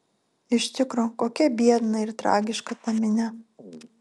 iš tikro kokia biedna ir tragiška ta minia